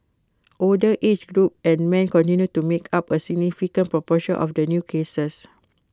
older age group and men continued to make up A significant proportion of the new cases